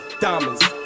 diamonds